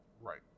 right